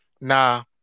Now